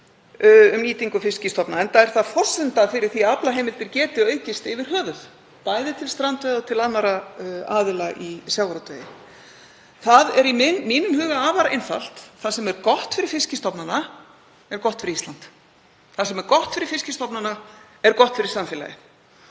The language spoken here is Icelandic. mun ég gera, enda er það forsenda fyrir því að aflaheimildir geti aukist yfir höfuð, bæði til strandveiða og til annarra aðila í sjávarútvegi. Það er í mínum huga afar einfalt: Það sem er gott fyrir fiskstofnana er gott fyrir Ísland. Það sem er gott fyrir fiskstofnana er gott fyrir samfélagið.